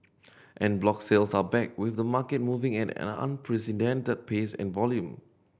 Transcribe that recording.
an block sales are back with the market moving at an unprecedented pace and volume